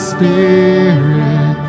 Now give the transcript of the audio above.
Spirit